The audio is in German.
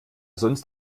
sonst